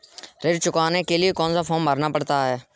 ऋण चुकाने के लिए कौन सा फॉर्म भरना पड़ता है?